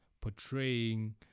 portraying